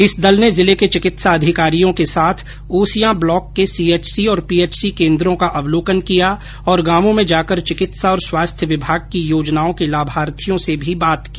इस दल ने जिले के चिकित्सा अधिकारियों के साथ ओसियां ब्लॉक के सीएचएसी और पीएचसी केन्द्रों का अवलोकन किया और गांवों में जाकर चिकित्सा और स्वास्थ्य विभाग की योजनाओं के लाभार्थियों से भी बात की